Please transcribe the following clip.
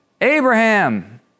Abraham